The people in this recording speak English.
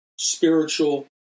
spiritual